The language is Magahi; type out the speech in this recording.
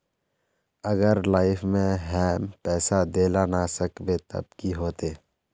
अगर लाइफ में हैम पैसा दे ला ना सकबे तब की होते?